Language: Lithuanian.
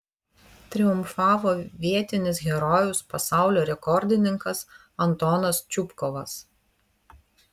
triumfavo vietinis herojus pasaulio rekordininkas antonas čupkovas